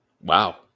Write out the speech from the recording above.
Wow